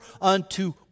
unto